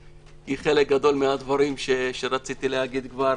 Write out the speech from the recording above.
כי חלק גדול מהדברים שרציתי להגיד כבר